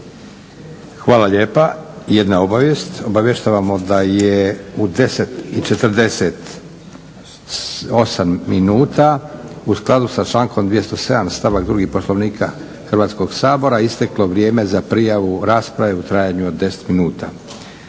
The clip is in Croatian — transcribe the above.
Hvala lijepa. Jedna obavijest. Obavještavamo da je u 10,48 u skladu sa člankom 207. stavak 2. Poslovnika Hrvatskog sabora isteklo vrijeme za prijavu rasprave u trajanju od 10 minuta.